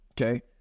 Okay